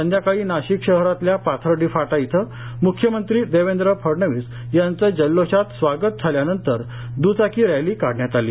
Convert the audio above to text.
संध्याकाळी नाशिक शहरातल्या पाथर्डी फाटा इथं म्ख्यमंत्री देवेंद्र फडणवीस यांचं जल्लोषात स्वागत झाल्यानंतर द्चाकी रॅली काढण्यात आली